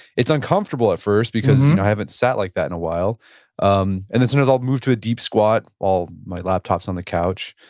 it's uncomfortable at first because you know i haven't sat like that in a while um and as soon as i'll move to a deep squat while my laptops on the couch.